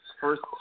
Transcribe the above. first